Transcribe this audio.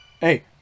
Hey